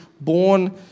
born